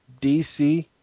DC